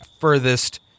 furthest